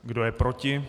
Kdo je proti?